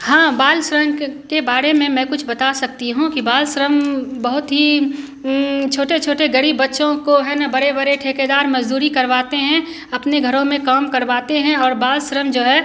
हाँ बाल श्रम के बारे में मैं कुछ बता सकती हूँ कि बाल श्रम बहुत ही छोटे छोटे गरीब बच्चों को है न बड़े बड़े ठेकेदार मज़दूरी करवाते हैं अपने घरों में काम करवाते हैं और बाल श्रम जो है